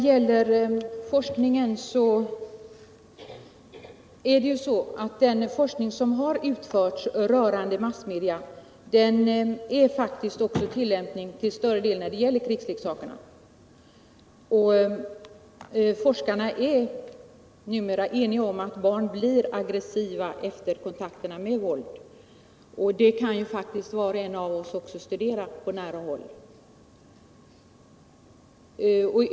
Herr talman! Den forskning som har utförts rörande massmedia är till större delen också tillämplig på krigsleksakerna. Forskarna är numera eniga om att barn blir aggressiva efter kontakter med våld — och det kan ju var och en av oss studera på nära håll.